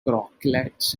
croquettes